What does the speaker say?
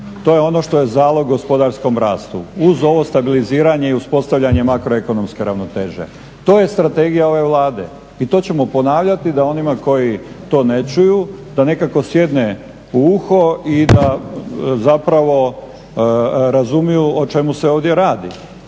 To je ono što je zalog gospodarskom rastu uz ovo stabiliziranje i uspostavljanje makro ekonomske ravnoteže. To je strategija ove Vlade i to ćemo ponavljati da onima koji to ne čuju da nekako sjedne u uho i da zapravo razumiju o čemu se ovdje radi.